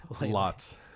Lots